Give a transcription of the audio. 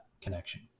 connection